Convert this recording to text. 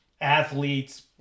Athletes